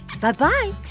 Bye-bye